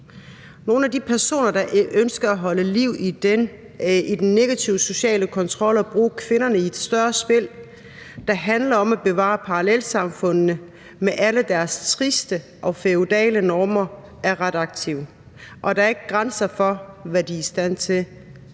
Nogle af de personer, der ønsker at holde liv i den negative sociale kontrol og at bruge kvinderne i et større spil, der handler om at bevare parallelsamfundene med alle deres triste og feudale normer, er ret aktive, og der er ikke grænser for, hvad de er i stand til.